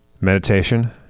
meditation